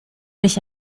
nicht